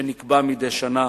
שנקבע מדי שנה